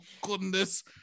goodness